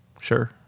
Sure